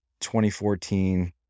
2014